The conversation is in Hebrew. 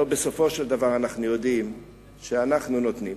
הרי בסופו של דבר אנחנו יודעים שאנחנו נותנים.